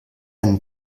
einen